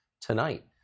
tonight